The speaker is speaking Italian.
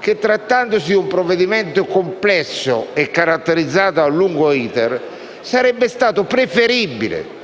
che, trattandosi di un provvedimento complesso e caratterizzato da un lungo *iter*, sarebbe stato preferibile